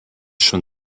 schon